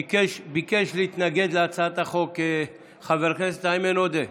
ביקש להתנגד להצעת החוק חבר הכנסת איימן עודה.